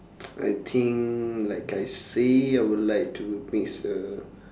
I think like I say I would like to mix a